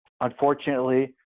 Unfortunately